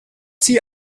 sie